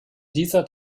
dieser